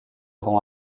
rend